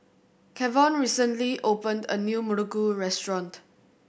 Kavon recently opened a new muruku restaurant